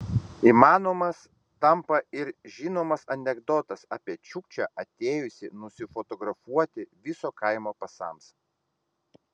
įmanomas tampa ir žinomas anekdotas apie čiukčią atėjusį nusifotografuoti viso kaimo pasams